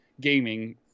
gaming